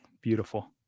Beautiful